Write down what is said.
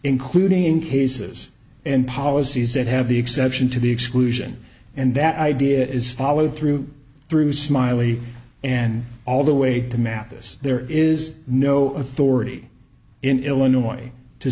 including in cases and policies that have the exception to the exclusion and that idea is followed through through smiley and all the way to mathis there is no authority in illinois to